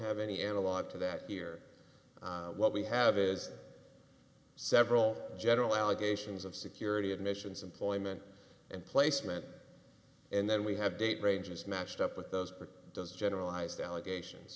have any analog to that here what we have is several general allegations of security admissions employment and placement and then we have date ranges matched up with those are those generalized allegations